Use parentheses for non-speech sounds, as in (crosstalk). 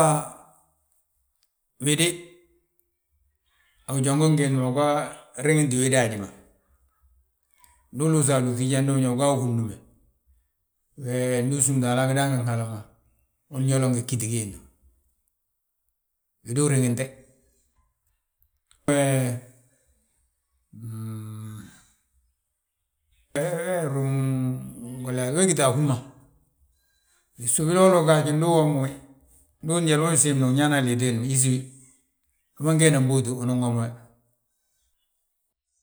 Ha, wéde, a gijongon giindi ma uga riŋinti wéda haji ma. Ndu uluusi alúŧi njandi unyaa, ugaa wi hundume. Wee ndu usúmti mo Haala, a gidaangin Haala ma, uyolo ngi ggíti giindi ma. Wédu uriŋinte, wee (hesitation) dayoori wee ruŋ goliyaa, we gíta a hú ma. Biso wilooli gaaj ndu uwomi wi, ndi njali ma usiimni win yaana a liiti wiindi ma yísi wi, wi ma ngeenan bóoti unan womi we.